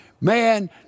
Man